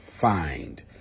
find